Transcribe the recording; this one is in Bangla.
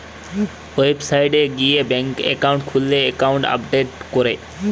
ওয়েবসাইট গিয়ে ব্যাঙ্ক একাউন্ট খুললে একাউন্ট আপডেট করে